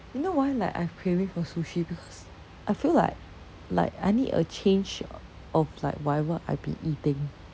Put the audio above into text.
you know why like I have craving for sushi because I feel like like I need a change of like whatever I've been eating